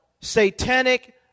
satanic